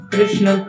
Krishna